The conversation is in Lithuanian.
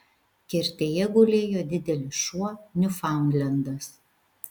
kertėje gulėjo didelis šuo niufaundlendas